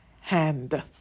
hand